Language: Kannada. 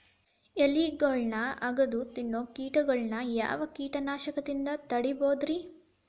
ಎಲಿಗೊಳ್ನ ಅಗದು ತಿನ್ನೋ ಕೇಟಗೊಳ್ನ ಯಾವ ಕೇಟನಾಶಕದಿಂದ ತಡಿಬೋದ್ ರಿ?